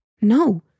No